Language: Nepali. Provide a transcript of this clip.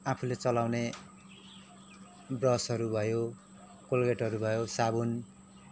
आफुले चलाउने ब्रसहरू भयो कोलगेटहरू भयो साबुन